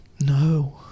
No